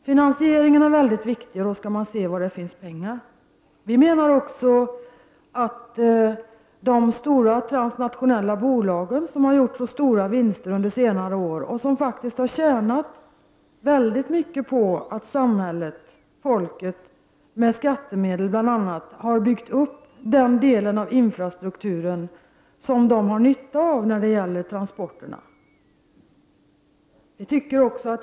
Finansieringen är mycket viktig, och då skall man se efter var det finns pengar. De stora, transnationella bolagen har gjort stora vinster under senare år och har tjänat väldigt mycket på att samhället, folket, med bl.a. skattemedel har byggt upp den del av infrastrukturen som de har nytta av när det gäller transporterna.